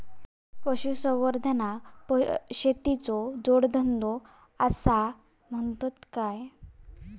पशुसंवर्धनाक शेतीचो जोडधंदो आसा म्हणतत काय?